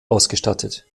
ausgestattet